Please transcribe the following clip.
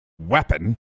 weapon